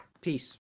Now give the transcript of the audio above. Peace